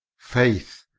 faith,